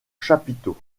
chapiteau